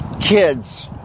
kids